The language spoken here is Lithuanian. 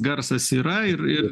garsas yra ir ir